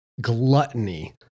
gluttony